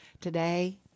today